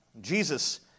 Jesus